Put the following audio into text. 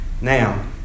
now